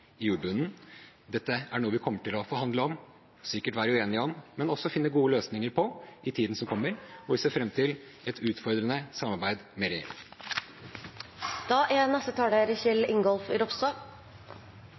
Dette er noe vi i tiden som kommer, kommer til å forhandle om og sikkert være uenige om, men også finne gode løsninger på, og vi ser fram til et utfordrende samarbeid med